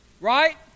Right